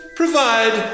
provide